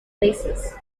places